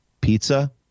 pizza